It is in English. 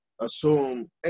assume –